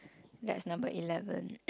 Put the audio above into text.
that's number eleven